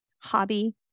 hobby